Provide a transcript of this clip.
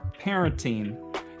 parenting